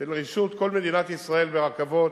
של רישות כל מדינת ישראל ברכבות,